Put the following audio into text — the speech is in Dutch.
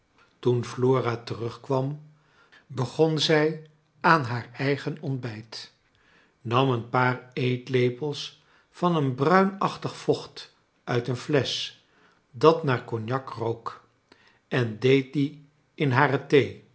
toen elora terugkwam begon zij aan haar eigen ontbrjt nam een paar eetlepels van een bruinachtig vocht uit een flesch dat naax cognac rook en deed die in hare